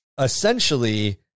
Essentially